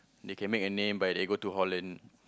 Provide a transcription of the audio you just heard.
they can make a name but they go to holland